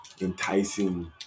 enticing